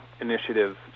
initiative